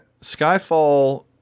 Skyfall